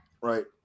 Right